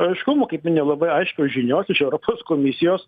aiškumo kaip minėjau labai aiškios žinios iš europos komisijos